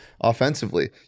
offensively